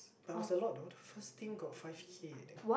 there was a lot though the first team got five-K I think